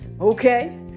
Okay